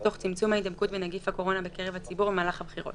תוך צמצום ההידבקות בנגיף הקורונה בקרב הציבור במהלך הבחירות.